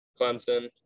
Clemson